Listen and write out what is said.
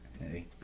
Hey